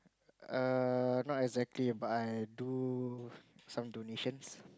err not exactly but I do some donations